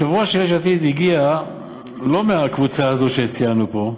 יושב-ראש יש עתיד הגיע לא מהקבוצה הזאת שציינו פה,